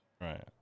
Right